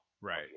Right